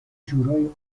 جورایی